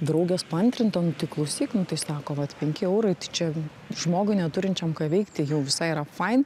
draugės paantrinta nu tai klausyk nu tai sako vat penki eurai tai čia žmogui neturinčiam ką veikti jau visai yra fain